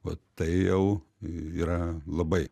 vat tai jau yra labai